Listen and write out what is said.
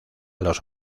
los